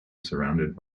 surrounded